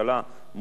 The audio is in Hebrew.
מול האוצר,